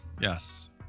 yes